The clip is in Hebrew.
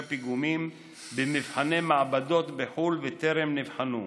פיגומים במבחני מעבדות בחו"ל וטרם נבחנו.